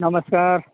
नमस्कार